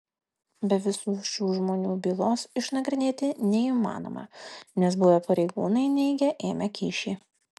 be visų šių žmonių bylos išnagrinėti neįmanoma nes buvę pareigūnai neigia ėmę kyšį